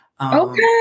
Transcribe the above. Okay